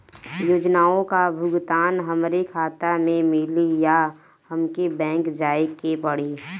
योजनाओ का भुगतान हमरे खाता में मिली या हमके बैंक जाये के पड़ी?